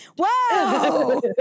Whoa